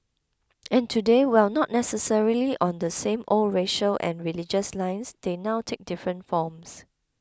and today while not necessarily on the same old racial and religious lines they now take different forms